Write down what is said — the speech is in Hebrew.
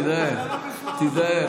תיזהר,